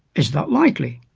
is that likely?